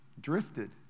drifted